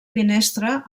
finestra